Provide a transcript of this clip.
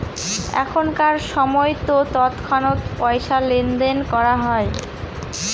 এখনকার সময়তো তৎক্ষণাৎ পয়সা লেনদেন করা হয়